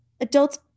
adults